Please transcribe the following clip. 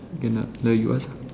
can ah like you ask